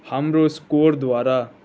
हाम्रो स्कोरद्वारा